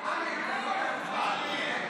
בעד מנסור עבאס, נגד איימן